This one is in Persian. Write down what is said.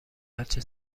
هرچه